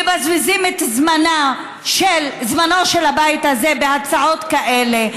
מבזבזים את זמנו של הבית הזה בהצעות כאלה.